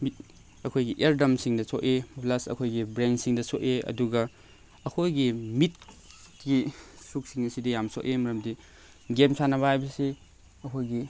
ꯑꯩꯈꯣꯏꯒꯤ ꯏꯌꯥꯔ ꯗ꯭ꯔꯝꯁꯤꯡꯗ ꯁꯣꯛꯏ ꯄ꯭ꯂꯁ ꯑꯩꯈꯣꯏꯒꯤ ꯕ꯭ꯔꯦꯟꯁꯤꯡꯗ ꯁꯣꯛꯏ ꯑꯗꯨꯒ ꯑꯩꯈꯣꯏꯒꯤ ꯃꯤꯠꯀꯤ ꯁꯔꯨꯛꯁꯤꯡ ꯑꯁꯤꯗꯤ ꯌꯥꯝꯅ ꯁꯣꯛꯏ ꯃꯔꯝꯗꯤ ꯒꯦꯝ ꯁꯥꯟꯅꯕ ꯍꯥꯏꯕꯁꯤ ꯑꯩꯈꯣꯏꯒꯤ